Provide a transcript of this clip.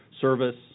service